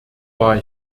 war